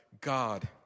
God